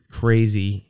crazy